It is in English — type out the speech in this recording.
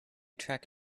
track